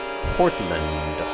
Portland